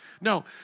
No